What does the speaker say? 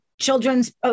children's